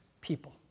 people